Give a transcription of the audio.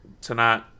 tonight